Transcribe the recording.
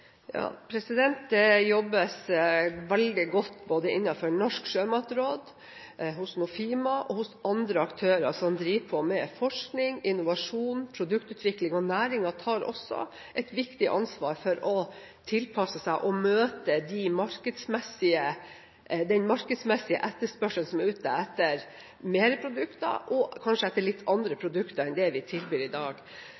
Det jobbes veldig godt både innenfor Norges sjømatråd, Nofima og andre aktører som driver med forskning, innovasjon og produktutvikling. Næringen tar også et viktig ansvar for å tilpasse seg og møte den markedsmessige etterspørselen etter flere produkter og kanskje